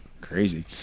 crazy